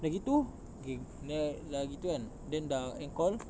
dah gitu okay then I dah gitu kan then dah end call